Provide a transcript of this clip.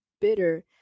bitter